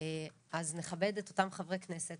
אז נכבד את אותם חברי כנסת